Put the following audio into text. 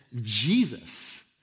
Jesus